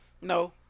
No